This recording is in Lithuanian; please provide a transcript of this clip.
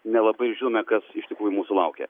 nelabai žinome kas iš tikrųjų mūsų laukia